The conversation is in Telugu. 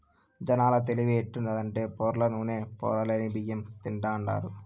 జనాల తెలివి ఎట్టుండాదంటే పొరల్ల నూనె, పొరలేని బియ్యం తింటాండారు